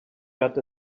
got